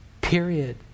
Period